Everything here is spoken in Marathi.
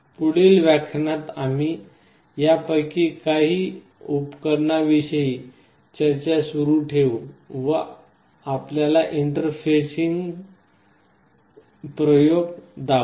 पुढील व्याख्यानात आम्ही यापैकी आणखी काही उपकरणा विषयी चर्चा सुरू ठेवू व आपल्याला इंटरफेसिंग प्रयोग दाखवू